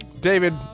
David